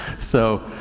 so,